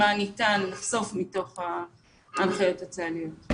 מה ניתן לחשוף מתוך ההנחיות הצה"ליות.